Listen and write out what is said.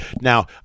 Now